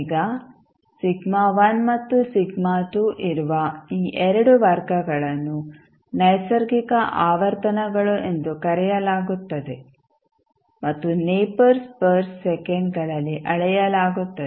ಈಗ ಮತ್ತು ಇರುವ ಈ 2 ವರ್ಗಗಳನ್ನು ನೈಸರ್ಗಿಕ ಆವರ್ತನಗಳು ಎಂದು ಕರೆಯಲಾಗುತ್ತದೆ ಮತ್ತು ನೆಪರ್ಸ್ ಪರ್ ಸೆಕಂಡ್ಗಳಲ್ಲಿ ಅಳೆಯಲಾಗುತ್ತದೆ